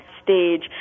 Stage